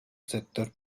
sector